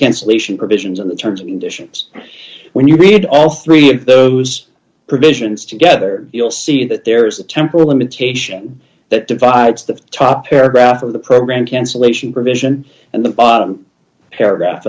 cancellation provisions of the terms and conditions when you read all three of those provisions together you'll see that there is a temporal limitation that divides the top paragraph from the program cancellation provision and the bottom paragraph